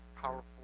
powerful